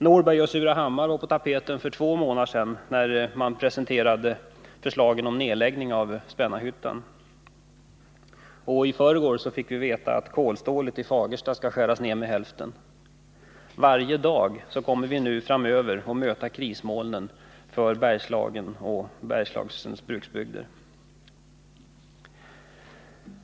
Norberg och Surahammar var på tapeten för två år sedan, när man presenterade förslagen om nedläggning av Spännarhyttan. Och i förrgår fick vi veta att produktionen av kolstål i Fagersta skall skäras ned med hälften. Varje dag framöver kommer vi nu att möta krismolnen över Bergslagen och Bergslagens bruksbygder.